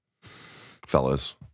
fellas